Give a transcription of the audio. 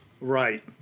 Right